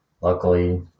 luckily